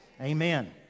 Amen